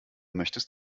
möchtest